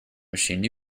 machine